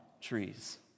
trees